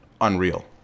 unreal